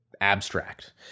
abstract